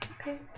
Okay